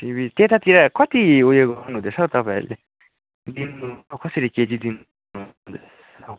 सिमी त्यतातिर कति उयो गर्नुहुँदैछ हौ तपाईँहरूले कसरी केजी दिनुहुँदैछ